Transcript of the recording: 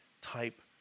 type